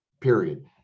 period